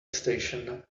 station